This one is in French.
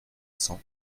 cents